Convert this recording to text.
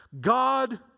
God